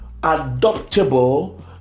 adoptable